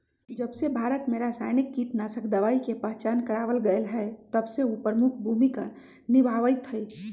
जबसे भारत में रसायनिक कीटनाशक दवाई के पहचान करावल गएल है तबसे उ प्रमुख भूमिका निभाई थई